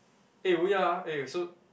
eh oh ya eh so